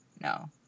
no